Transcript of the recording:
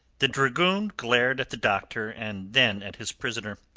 the dragoon glared at the doctor and then at his prisoner.